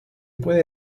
pueden